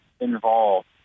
involved